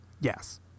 Yes